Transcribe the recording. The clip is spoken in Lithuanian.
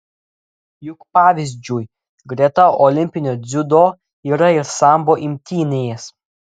juk pavyzdžiui greta olimpinio dziudo yra ir sambo imtynės